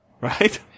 right